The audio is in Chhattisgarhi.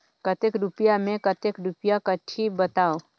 कतेक रुपिया मे कतेक रुपिया कटही बताव?